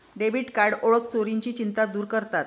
debit card ओळख चोरीची चिंता दूर करतात